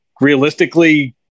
realistically